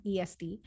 EST